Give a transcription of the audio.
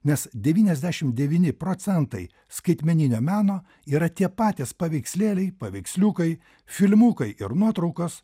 nes devnyniasdešim devyni procentai skaitmeninio meno yra tie patys paveikslėliai paveiksliukai filmukai ir nuotraukos